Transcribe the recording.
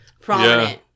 prominent